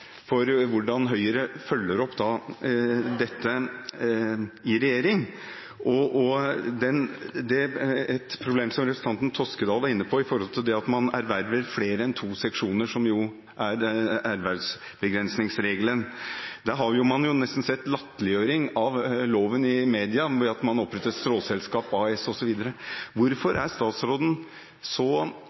for hvordan Høyre følger opp dette i regjering. Et problem som representanten Toskedal var inne på med hensyn til det at man erverver flere enn to seksjoner, som jo er ervervsbegrensningsregelen, hvor man nesten har sett latterliggjøring av loven i media, er at man oppretter stråselskap, AS, osv. Den ervervsregelen må begrenses i eierseksjonsloven, så vidt jeg kan se. Den kan ikke legges til plan- og bygningsloven. Hvorfor er